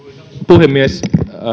puhemies